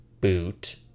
boot